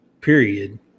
period